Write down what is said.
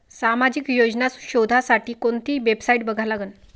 सामाजिक योजना शोधासाठी कोंती वेबसाईट बघा लागन?